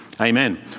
Amen